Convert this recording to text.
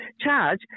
charge